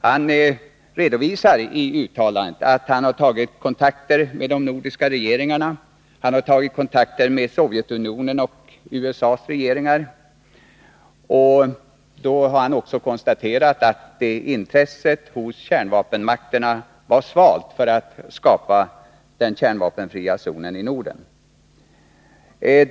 Han redovisade i uttalandet att han tagit kontakt med de nordiska regeringarna och med Sovjetunionens och USA:s regeringar. Därvid konstaterade han också att intresset hos kärnvapenmakterna var svalt för att skapa den kärnvapenfria zonen i Norden.